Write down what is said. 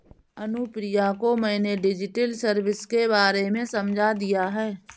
अनुप्रिया को मैंने digital service के बारे में समझा दिया है